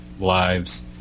lives